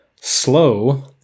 Slow